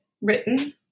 written